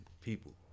people